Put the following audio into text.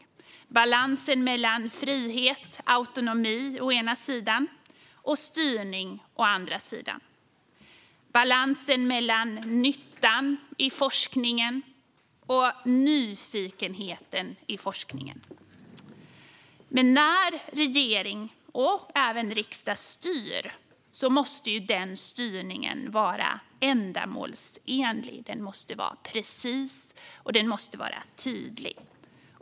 Det handlar om balansen mellan frihet och autonomi å ena sidan och styrning å andra sidan - balansen mellan nyttan i forskningen och nyfikenheten i forskningen. Men när regering och även riksdag styr måste den styrningen vara ändamålsenlig, precis och tydlig.